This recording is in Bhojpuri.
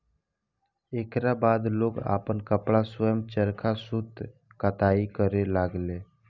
एकरा बाद लोग आपन कपड़ा स्वयं चरखा सूत कताई करे लगले